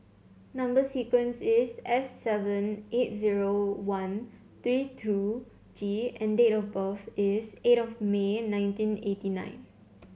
number sequence is S seven nine eight zero one three two G and date of birth is eight of May nineteen eighty nine